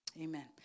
Amen